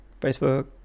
Facebook